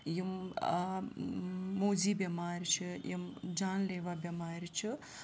یِم موذی بٮ۪مارِ چھِ یِم جان لیوا بٮ۪مارِ چھِ